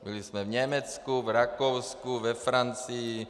Byli jsme v Německu, v Rakousku, ve Francii.